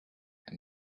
and